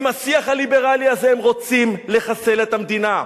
עם השיח הליברלי הזה הם רוצים לחסל את המדינה.